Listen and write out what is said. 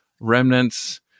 remnants